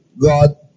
God